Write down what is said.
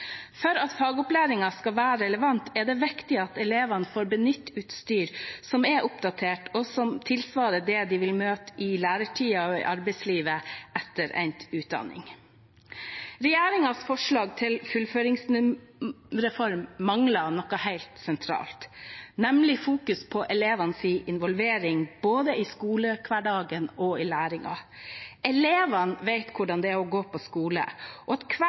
For at fagopplæringen skal være relevant, er det viktig at elevene får benytte utstyr som er oppdatert, og som tilsvarer det de vil møte i læretiden og i arbeidslivet etter endt utdanning. Regjeringens forslag til fullføringsreform mangler noe helt sentralt, nemlig fokus på elevenes involvering både i skolehverdagen og i læringen. Elevene vet hvordan det er å gå på skole, og hver